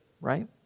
right